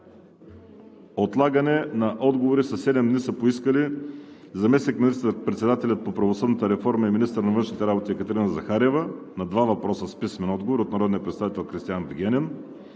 отлагане на отговори със седем дни са поискали: - заместник министър-председателят по правосъдната реформа и министър на външните работи Екатерина Захариева на два въпроса с писмен отговор от народния представител Кристиан Вигенин;